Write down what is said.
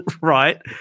right